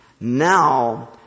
now